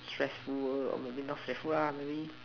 stressful err maybe not lah maybe